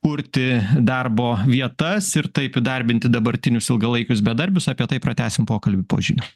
kurti darbo vietas ir taip įdarbinti dabartinius ilgalaikius bedarbius apie tai pratęsim pokalbį po žinių